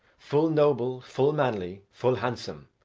full noble, full manly, full handsome,